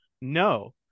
No